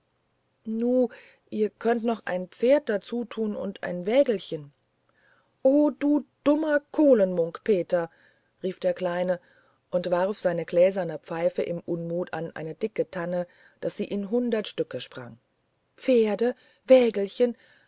nu ihr könnet noch ein pferd dazutun und ein wägelchen oh du dummer kohlen munk peter rief der kleine und warf seine gläserne pfeife im unmut an eine dicke tanne daß sie in hundert stücke sprang pferde wägelchen